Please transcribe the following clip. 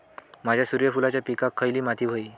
माझ्या सूर्यफुलाच्या पिकाक खयली माती व्हयी?